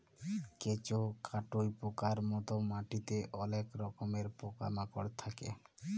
কেঁচ, কাটুই পকার মত মাটিতে অলেক রকমের পকা মাকড় থাক্যে